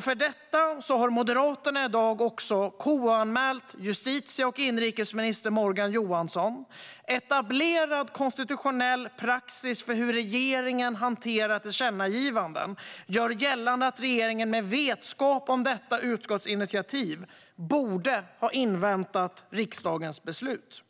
För detta har Moderaterna i dag KU-anmält justitie och inrikesminister Morgan Johansson. Etablerad konstitutionell praxis för hur regeringen hanterar tillkännagivanden gör gällande att regeringen med vetskap om detta utskottsinitiativ borde ha inväntat riksdagens beslut.